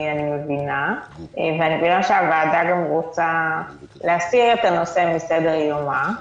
אני מבינה שהוועדה רוצה להסיר את הנושא מסדר-יומה,